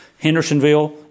Hendersonville